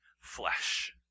flesh